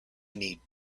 need